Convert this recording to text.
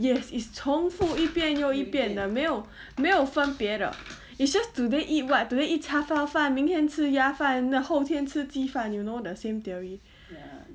yes it's 重复一遍又一遍的没有没有分别的 is just today eat what today eat 叉烧饭明天吃鸭饭那后天吃鸡饭 you know the same theory